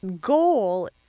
goal